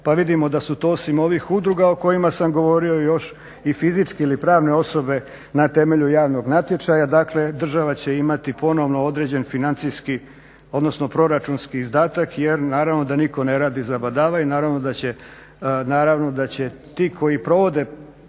pa vidimo da su to osim ovih udruga o kojima sam govorio još i fizičke ili pravne osobe na temelju javnog natječaja. Dakle, država će imati ponovno određen financijski, odnosno proračunski izdatak jer naravno da nitko ne radi zabadava i naravno da će ti koji provode